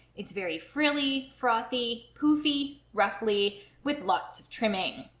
it's very frilly frothy poofy really with lots of trimming.